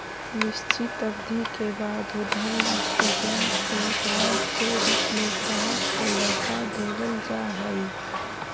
निश्चित अवधि के बाद उ धनराशि ब्याज सहित लाभ के रूप में ग्राहक के लौटा देवल जा हई